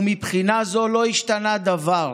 ומבחינה זו לא השתנה דבר.